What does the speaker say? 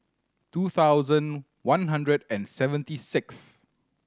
two thousand one hundred and seventy six